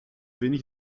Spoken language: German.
wenig